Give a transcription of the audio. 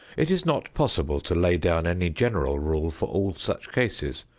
it is not possible to lay down any general rule for all such cases.